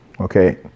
Okay